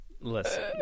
Listen